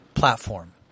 platform